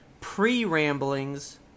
pre-ramblings